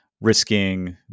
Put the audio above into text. risking